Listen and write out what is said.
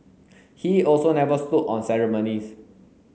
he also never stood on ceremonies